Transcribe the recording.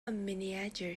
miniature